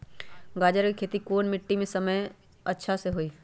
गाजर के खेती कौन मिट्टी पर समय अच्छा से होई?